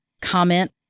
comment